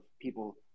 people